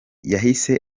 yahise